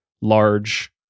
large